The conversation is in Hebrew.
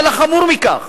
אבל החמור מכך,